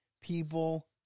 people